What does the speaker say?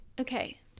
okay